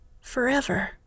forever